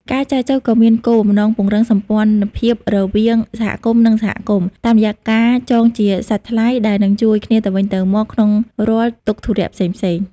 ការចែចូវក៏មានគោលបំណងពង្រឹងសម្ព័ន្ធភាពរវាងសហគមន៍ និងសហគមន៍ តាមរយៈការចងជាសាច់ថ្លៃដែលនឹងជួយគ្នាទៅវិញទៅមកក្នុងរាល់ទុក្ខធុរៈផ្សេងៗ។